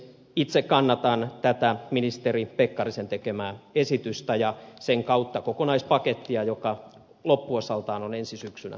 itse kannatan tätä ministeri pekkarisen tekemää esitystä ja sen kautta kokonaispakettia joka loppuosaltaan on ensi syksynä käsittelyssä